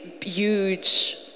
huge